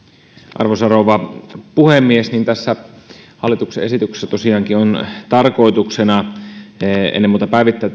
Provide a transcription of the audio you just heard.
arvoisa rouva puhemies tässä hallituksen esityksessä tosiaankin on tarkoituksena ennen muuta päivittää